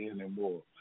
anymore